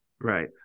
Right